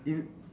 in